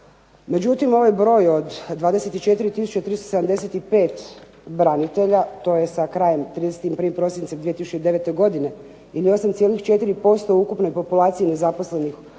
međutim ovaj broj od 24 tisuće 375 branitelja, to je sa krajem 31. prosincem 2009. godine ili 8,4% ukupne populacije nezaposlenih